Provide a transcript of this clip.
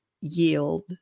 yield